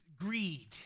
greed